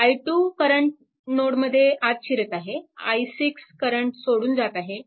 i 2 current नोडमध्ये आत शिरत आहे i6 करंट सोडून जात आहे